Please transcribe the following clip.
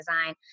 design